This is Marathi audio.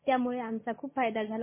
त्यामूळे आमचा खूप फायदा झाला